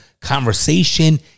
conversation